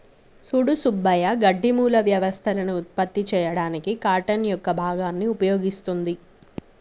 సూడు సుబ్బయ్య గడ్డి మూల వ్యవస్థలను ఉత్పత్తి చేయడానికి కార్టన్ యొక్క భాగాన్ని ఉపయోగిస్తుంది